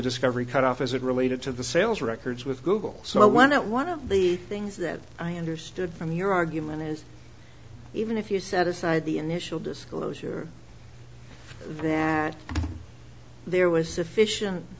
discovery cutoff as it related to the sales records with google so i went out one of the things that i understood from your argument is even if you set aside the initial disclosure that there was sufficient